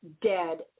dead